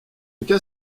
cas